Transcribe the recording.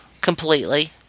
Completely